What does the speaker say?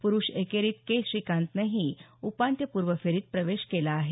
प्रुष एकेरीत के श्रीकांतनंही उपान्त्यपूर्व फेरीत प्रवेश केला आहे